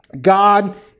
God